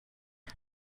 nur